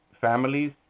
families